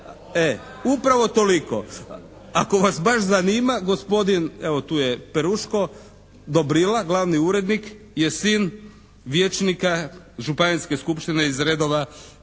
Upravo toliko. Ako vas baš zanima gospodin, evo tu je Peruško Dobrila, glavni urednik je sin vijećnika županijske skupštine iz redova